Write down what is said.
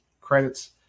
credits